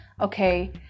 okay